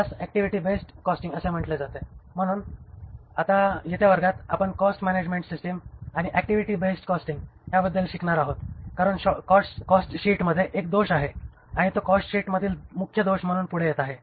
त्यास activity based costing असे म्हटले जाते म्हणून आता येत्या वर्गात आपण कॉस्ट मॅनॅजमेन्ट सिस्टिम आणि ऍक्टिव्हिटी बेस्ड कॉस्टिंग याबद्दल शिकणार आहोत कारण कॉस्टशीटमध्ये एक दोष आहे आणि तो कॉस्टशीटमधील मुख्य दोष म्हणून पुढे येत आहे